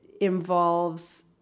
involves